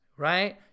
right